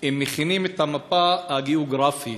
מכינים את המפה הגיאוגרפית,